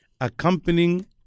accompanying